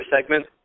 segment